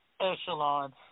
echelon